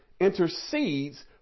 intercedes